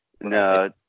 no